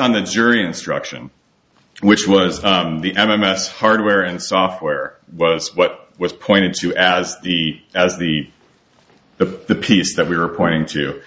on the jury instruction which was the m m s hardware and software was what was pointed to as the as the the the piece that we were pointing to